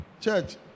church